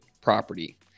property